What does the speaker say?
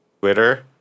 Twitter